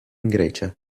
grecia